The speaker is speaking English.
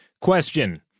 Question